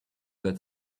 that